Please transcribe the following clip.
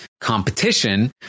competition